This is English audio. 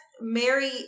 Mary